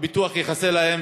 הביטוח יכסה להם,